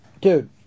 Dude